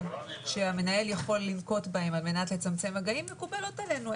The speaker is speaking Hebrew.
שהמנהל יכול לנקוט בהם על מנת לצמצם מגעים מקובלת עלינו,